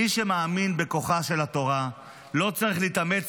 מי שמאמין בכוחה של התורה לא צריך להתאמץ